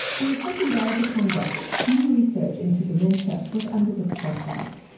on the second day of the congress new research into dementia was under the spotlight.